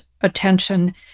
attention